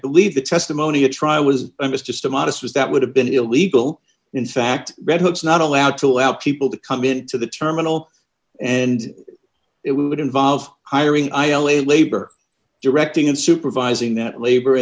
believe the testimony at trial was a miss just a modest as that would have been illegal in fact redcoats not allowed to allow people to come into the terminal and it would involve hiring i only labor directing and supervising that labor